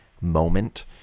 moment